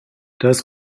das